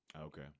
Okay